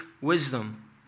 wisdom